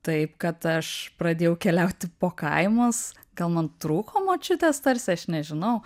taip kad aš pradėjau keliauti po kaimus gal man trūko močiutės tarsi aš nežinau